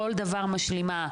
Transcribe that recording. כל דבר של רפואה משלימה.